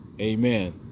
Amen